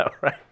right